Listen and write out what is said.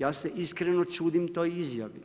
Ja se iskreno čudim toj izjavi